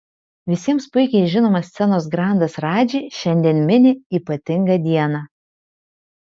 visiems puikiai žinomas scenos grandas radži šiandien mini ypatingą dieną